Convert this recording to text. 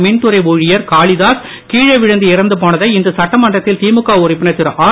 மின்துறை ஊழியர் காளிதாஸ் கிழே விழுந்து இறந்து போனதை இன்று சட்டமன்றத்தில் திழக உறுப்பினர் திருஆர்